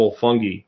fungi